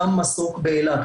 גם מסוק באילת,